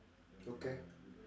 okay